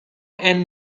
and